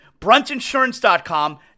Bruntinsurance.com